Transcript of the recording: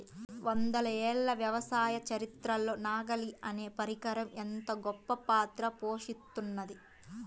వందల ఏళ్ల వ్యవసాయ చరిత్రలో నాగలి అనే పరికరం ఎంతో గొప్పపాత్ర పోషిత్తున్నది